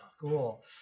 cool